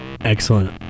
Excellent